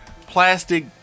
plastic